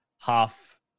half